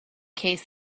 case